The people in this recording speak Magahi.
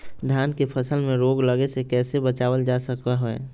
धान के फसल में रोग लगे से कैसे बचाबल जा सको हय?